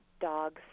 dogs